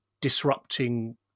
disrupting